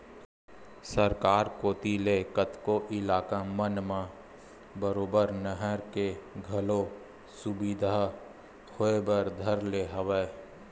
सरकार कोती ले कतको इलाका मन म बरोबर नहर के घलो सुबिधा होय बर धर ले हवय